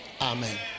Amen